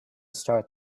start